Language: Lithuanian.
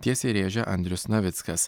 tiesiai rėžia andrius navickas